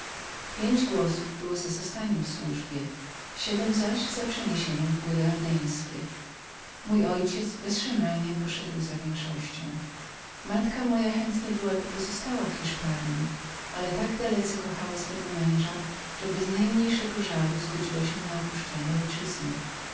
pięć głosów było za zostaniem w służbie siedm zaś za przeniesieniem się w góry ardeńskie mój ojciec bez szemrania skłonił się za większością matka moja chętnie hyłabybyłaby pozostała w hiszpanji ale tak dalece kochała swego męża że bez najmniejszego żalu zgodziła się na opuszczenie ojczyzny